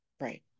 Right